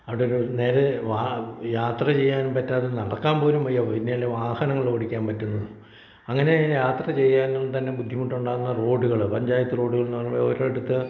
അവിടെ ഒരു നേരെ വാ യാത്ര ചെയ്യാൻ പറ്റാതെ നടക്കാൻ പോലും വയ്യ പിന്നെയല്ലേ വാഹനങ്ങൾ ഓടിക്കാൻ പറ്റുന്നത് അങ്ങനെ യാത്ര ചെയ്യാൻ തന്നെ ബുദ്ധിമുട്ടുണ്ടാവുന്ന റോഡുകൾ പഞ്ചായത്ത് റോഡുകൾ എന്ന് പറയുമ്പോൾ ഒരിടത്ത്